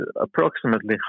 approximately